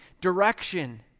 direction